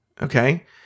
Okay